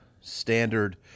standard